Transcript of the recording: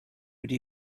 would